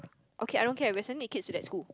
okay I don't care we are sending the kids to that school